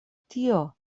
tio